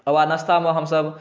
ओकर बाद नस्ता मे हमसब